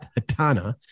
Hatana